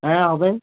হ্যাঁ হবে